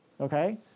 okay